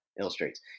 illustrates